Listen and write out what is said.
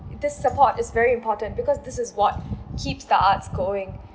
this support is very important because this is what keeps the arts going